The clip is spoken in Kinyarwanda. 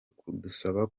kudusaba